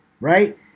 right